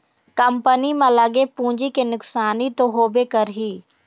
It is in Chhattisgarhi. कंपनी म लगे पूंजी के नुकसानी तो होबे करही